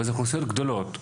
אבל זה אוכלוסיות גדולות.